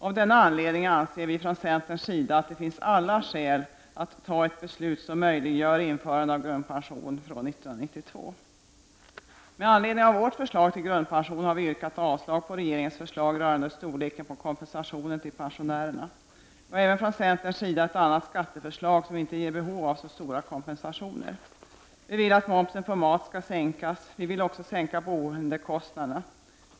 Av denna anledning anser vi från centerns sida att det finns alla skäl att fatta ett beslut som möjliggör införande av grundpension från 1992. Med anledning av vårt förslag till grundpension har vi yrkat avslag på regeringens förslag rörande storleken på kompensationen till pensionärerna. Vi har även från centerns sida ett annat skatteförslag som inte ger behov av så stora kompensationer. Vi vill att momsen på mat skall sänkas, vi vill också sänka boendekostnaderna.